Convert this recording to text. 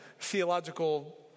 theological